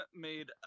made